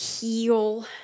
heal